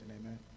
amen